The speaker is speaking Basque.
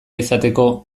izateko